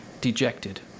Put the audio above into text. dejected